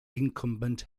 incumbent